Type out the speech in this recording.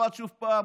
למוחרת שוב פעם,